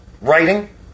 writing